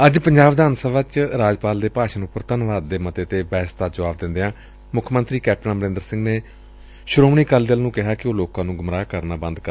ਅੱਜ ਵਿਧਾਨ ਸਭਾ ਦੇ ਰਾਜਪਾਲ ਦੇ ਭਾਸ਼ਣ ਉਪਰ ਧੰਨਵਾਦ ਦੇ ਮਤੇ ਤੇ ਬਹਿਸ ਦਾ ਜੁਆਬ ਦਿੰਦਿਆਂ ਮੁੱਖ ਮੰਤਰੀ ਕੈਪਟਨ ਅਮਰੰਦਰ ਸਿੰਘ ਨੇ ਸ੍ਰੋਮਣੀ ਅਕਾਲੀ ਦਲ ਨੂੰ ਕਿਹਾ ਕਿ ਉਹ ਲੋਕਾਂ ਨੂੰ ਗੁੰਮਰਾਹ ਕਰਨਾ ਬੰਦ ਕਰਨ